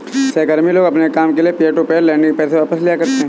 सहकर्मी लोग अपने काम के लिये पीयर टू पीयर लेंडिंग से पैसे ले लिया करते है